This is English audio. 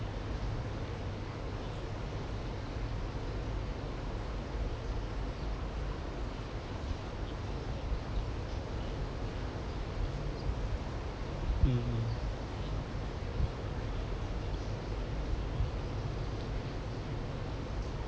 mmhmm